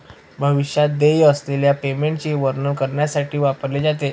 भविष्यात देय असलेल्या पेमेंटचे वर्णन करण्यासाठी वापरले जाते